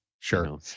Sure